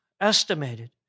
estimated